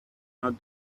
not